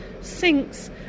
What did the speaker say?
sinks